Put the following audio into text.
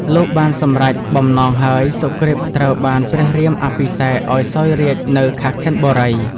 លុះបានសម្រេចបំណងហើយសុគ្រីពត្រូវបានព្រះរាមអភិសេកឱ្យសោយរាជ្យនៅ ខាស់ខិនបុរី។